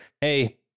hey